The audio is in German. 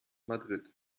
madrid